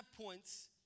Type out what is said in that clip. points